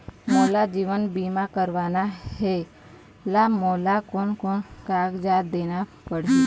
मोला जीवन बीमा करवाना हे ता मोला कोन कोन कागजात देना पड़ही?